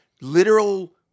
literal